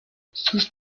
sus